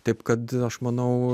taip kad aš manau